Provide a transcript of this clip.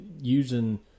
using